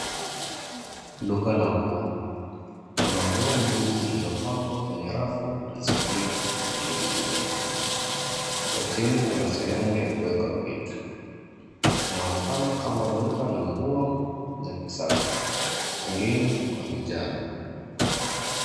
Duka la nguo. Kuna nguo nyingi zilizopangwa kwenye rafu na zingine zikining'inia. Kwa chini kuna sehemu ya kuweka vitu. Linaonekana kama duka la nguo za kisasa, pengine kwa vijana.